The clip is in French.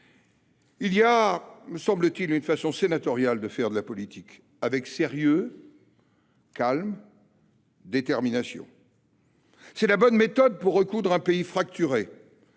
il y a, me semble-t-il, une façon sénatoriale de faire de la politique : avec sérieux, calme et détermination. C’est la bonne méthode pour recoudre un pays fracturé,